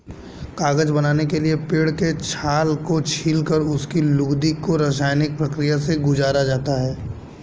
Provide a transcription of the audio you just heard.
कागज बनाने के लिए पेड़ के छाल को छीलकर उसकी लुगदी को रसायनिक प्रक्रिया से गुजारा जाता है